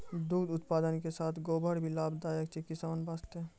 दुग्ध उत्पादन के साथॅ गोबर भी लाभदायक छै किसान वास्तॅ